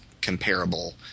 comparable